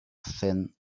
thin